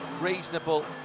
reasonable